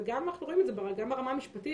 אנחנו רואים את זה גם ברמה המשפטית,